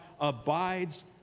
abides